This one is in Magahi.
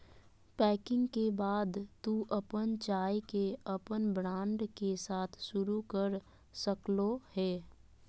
पैकिंग के बाद तू अपन चाय के अपन ब्रांड के साथ शुरू कर सक्ल्हो हें